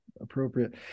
appropriate